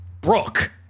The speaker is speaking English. Brooke